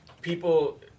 people